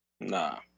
Nah